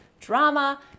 drama